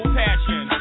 passion